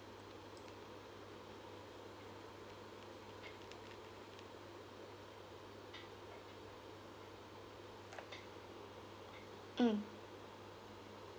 mm